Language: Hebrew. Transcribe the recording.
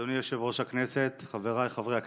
אדוני יושב-ראש הכנסת, חבריי חברי הכנסת,